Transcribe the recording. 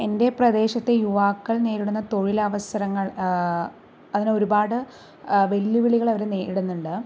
എൻ്റെ പ്രദേശത്തെ യുവാക്കള് നേരിടുന്ന തൊഴിലവസരങ്ങള് അങ്ങനെ ഒരുപാട് വെല്ലുവിളികള് അവര് നേരിടുന്നുണ്ട്